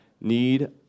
need